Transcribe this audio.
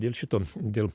dėl šito dėl